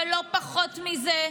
ולא פחות מזה,